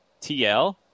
TL